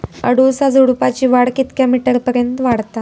अडुळसा झुडूपाची वाढ कितक्या मीटर पर्यंत वाढता?